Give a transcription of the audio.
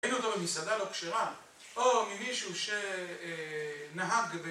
ראינו אותו במסעדה לא כשרה, או ממישהו שנהג...